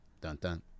dun-dun